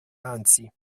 anzi